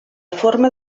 forma